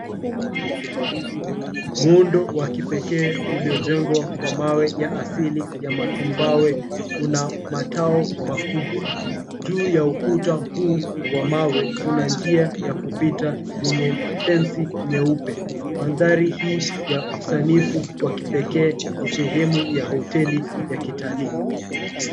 Muundo wa kipekee uliojengwa kwa mawe ya asili ya matumbawe una matao makubwa. Juu ya ukuta huu wa mawe, kuna njia ya kupita yenye fensi nyeupe. Mandhari hii ya usanifu wa kipekee ni sehemu ya hoteli ya kitalii.